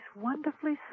wonderfully